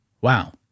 Wow